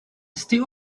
steel